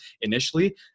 initially